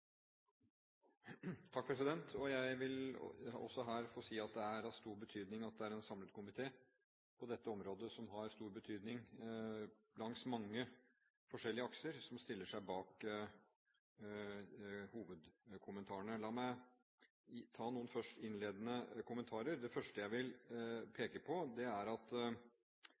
av stor betydning at det er en samlet komité – på dette området som har stor betydning langs mange forskjellige akser – som stiller seg bak hovedkommentarene. La meg først ta noen innledende kommentarer. Det første jeg vil peke på, er at